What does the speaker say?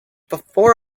before